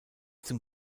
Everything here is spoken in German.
zum